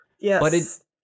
Yes